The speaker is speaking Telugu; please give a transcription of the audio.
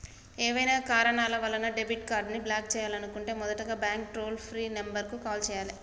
ఏవైనా కారణాల వలన డెబిట్ కార్డ్ని బ్లాక్ చేయాలనుకుంటే మొదటగా బ్యాంక్ టోల్ ఫ్రీ నెంబర్ కు కాల్ చేయాలే